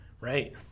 Right